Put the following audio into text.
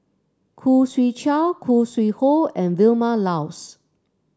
Khoo Swee Chiow Khoo Sui Hoe and Vilma Laus